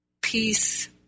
peace